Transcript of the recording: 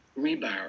rebar